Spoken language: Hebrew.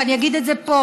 ואני אגיד את זה פה,